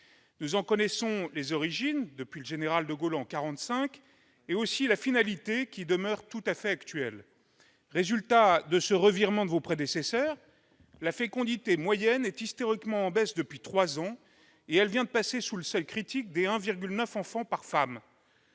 Nous en connaissons les origines, qui remontent au général de Gaulle, en 1945, et la finalité, qui demeure tout à fait actuelle. Quel est le résultat de ce revirement de vos prédécesseurs ? La fécondité moyenne est historiquement en baisse depuis trois ans et vient de passer sous le seuil critique de 1,9 enfant par femme.